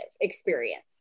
experience